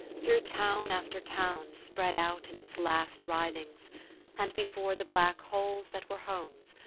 through town after town spread out in its last writhings and before the black holes that were homes,